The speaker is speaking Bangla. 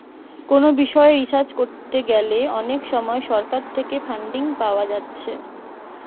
কোনো বিষয় রিসার্চ করতে গ্যালে অনেক সময় সরকার থেকে ফান্ডিং পাওয়া যায়েটে